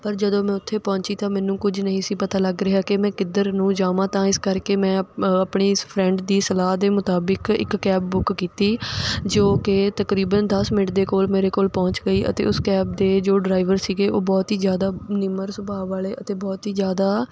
ਪਰ ਜਦੋਂ ਮੈਂ ਉੱਥੇ ਪਹੁੰਚੀ ਤਾਂ ਮੈਨੂੰ ਕੁਝ ਨਹੀਂ ਸੀ ਪਤਾ ਲੱਗ ਰਿਹਾ ਕਿ ਮੈਂ ਕਿੱਧਰ ਨੂੰ ਜਾਵਾਂ ਤਾਂ ਇਸ ਕਰਕੇ ਮੈਂ ਆਪ ਆਪਣੀ ਇਸ ਫਰੈਂਡ ਦੀ ਸਲਾਹ ਦੇ ਮੁਤਾਬਿਕ ਇੱਕ ਕੈਬ ਬੁੱਕ ਕੀਤੀ ਜੋ ਕਿ ਤਕਰੀਬਨ ਦਸ ਮਿੰਟ ਦੇ ਕੋਲ ਮੇਰੇ ਕੋਲ ਪਹੁੰਚ ਗਈ ਅਤੇ ਉਸ ਕੈਬ ਦੇ ਜੋ ਡਰਾਈਵਰ ਸੀਗੇ ਉਹ ਬਹੁਤ ਹੀ ਜ਼ਿਆਦਾ ਨਿਮਰ ਸੁਭਾਅ ਵਾਲੇ ਅਤੇ ਬਹੁਤ ਹੀ ਜ਼ਿਆਦਾ